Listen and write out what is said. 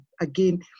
again